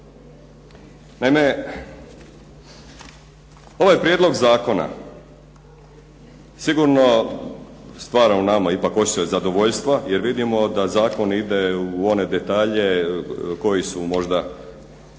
Naime, ovaj prijedlog zakona sigurno stvara u nama ipak osjećaj zadovoljstva jer vidimo da zakon ide u one detalje koji su možda,